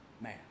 man